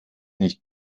nicht